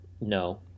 no